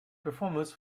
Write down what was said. performers